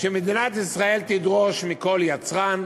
שמדינת ישראל תדרוש מכל יצרן,